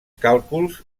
càlculs